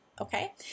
Okay